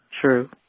True